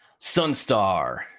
Sunstar